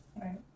Right